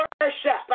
worship